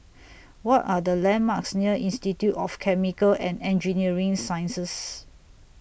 What Are The landmarks near Institute of Chemical and Engineering Sciences